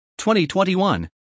2021